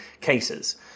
cases